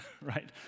right